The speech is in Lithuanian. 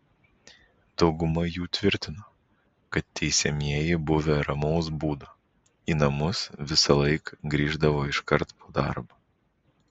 dauguma jų tvirtino kad teisiamieji buvę ramaus būdo į namus visąlaik grįždavo iškart po darbo